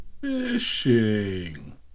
Fishing